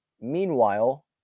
meanwhile